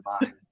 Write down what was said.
mind